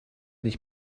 nicht